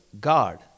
God